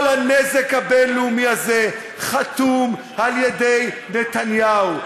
כל הנזק הבין-לאומי הזה חתום על-ידי נתניהו.